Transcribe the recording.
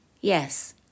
Yes